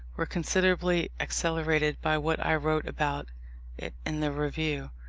were considerably accelerated by what i wrote about it in the review.